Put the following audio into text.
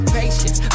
patience